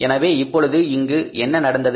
எனவே இப்பொழுது இங்கு என்ன நடந்தது